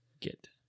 get